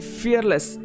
fearless